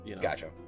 Gotcha